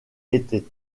étaient